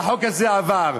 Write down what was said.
והחוק הזה עבר,